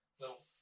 little